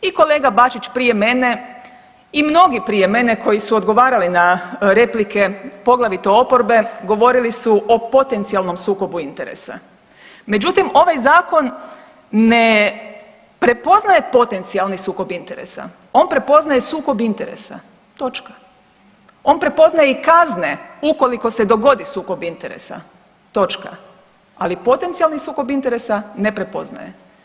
I kolega Bačić prije mene i mnogi prije mene koji su odgovarali na replike poglavito oporbe govorili su o potencijalnom sukobu interesa, međutim ovaj zakon ne prepoznaje potencijalni sukob interesa, on prepoznaje sukob interesa, točka, on prepoznaje i kazne ukoliko se dogodi sukob interesa, točka, ali potencijalni sukob interesa ne prepoznaje.